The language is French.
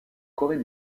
corée